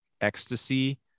ecstasy